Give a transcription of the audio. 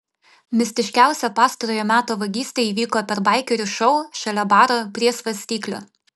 mistiškiausia pastarojo meto vagystė įvyko per baikerių šou šalia baro prie svarstyklių